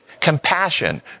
compassion